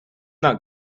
not